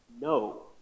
no